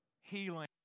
healing